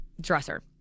dresser